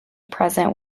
present